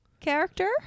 character